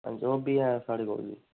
ओह् B A साढ़े कोल